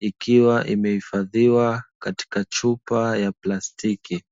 ikiwa imehifadhiwa katika chupa ya plastiki.